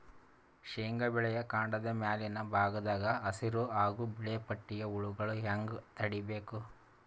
ಶೇಂಗಾ ಬೆಳೆಯ ಕಾಂಡದ ಮ್ಯಾಲಿನ ಭಾಗದಾಗ ಹಸಿರು ಹಾಗೂ ಬಿಳಿಪಟ್ಟಿಯ ಹುಳುಗಳು ಹ್ಯಾಂಗ್ ತಡೀಬೇಕು?